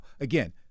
again